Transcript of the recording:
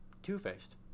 two-faced